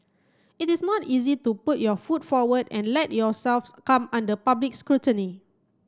it is not easy to put your foot forward and let yourselves come under public scrutiny